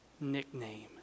nickname